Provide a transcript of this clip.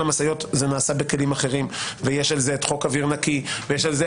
משאיות זה נעשה בכלים אחרים ויש על זה את חוק אוויר נקי ואתרי